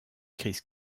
crise